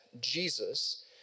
Jesus